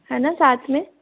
है ना साथ में